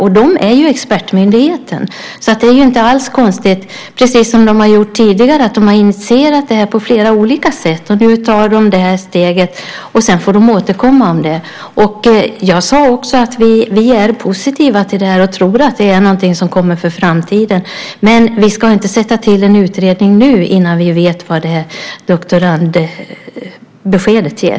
Lantmäteriet är ju också expertmyndigheten, så det är inte alls konstigt att de, precis som de har gjort tidigare, har initierat det här på flera olika sätt. Nu tar de det här steget, och sedan får de återkomma om det. Jag sade också att vi är positiva till det och tror att det är någonting som kommer för framtiden. Men vi ska inte tillsätta någon utredning nu innan vi vet vad doktorandbeskedet ger.